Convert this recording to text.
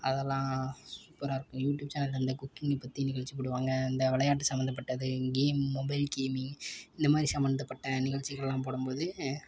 அதல்லாம் சூப்பராக இருக்கும் யூடியூப் சேனலில் அந்த குக்கிங்கை பற்றி நிகழ்ச்சி போடுவாங்க அந்த விளையாட்டு சம்மந்தப்பட்டது கேமு மொபைல் கேமிங் இந்த மாதிரி சம்மந்தப்பட்ட நிகழ்ச்சிகள்லாம் போடும் போது